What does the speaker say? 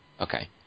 Okay